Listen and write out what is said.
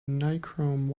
nichrome